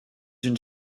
une